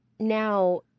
Now